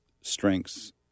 strengths